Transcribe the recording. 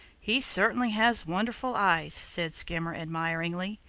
he certainly has wonderful eyes, said skimmer admiringly.